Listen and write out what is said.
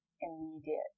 immediate